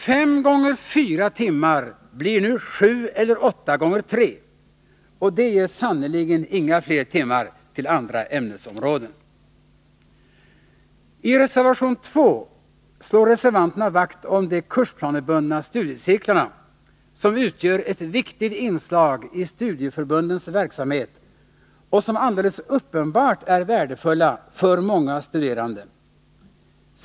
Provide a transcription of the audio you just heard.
5 x 4 timmar blir nu 7 eller 8x3, och det ger sannerligen inga fler timmar till andra ämnesområden! I reservation 2 slår reservanterna vakt om de kursplanebundna studiecirklarna, som utgör ett viktigt inslag i studieförbundens verksamhet och som alldeles uppenbart är värdefulla för många studerande.